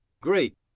Great